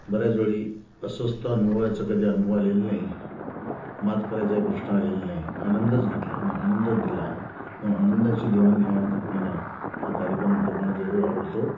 बऱ्याच वेळी अस्वस्थता अनुभवायचं कधी अनुभव आलेला नाही मात करायचाही प्रश्न आलेला नाही आनंदच घेतला आणि आनंदच दिला मग आनंदाची देवाणघेवाण करणारा हा कार्यक्रम लोकांना जरूर आवडतो